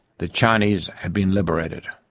the chinese have been liberated.